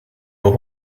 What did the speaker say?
will